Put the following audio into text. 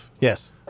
Yes